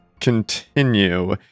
continue